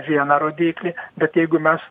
vieną rodyklę bet jeigu mes